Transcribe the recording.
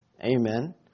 Amen